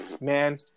man